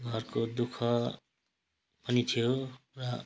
घरको दु ख पनि थियो र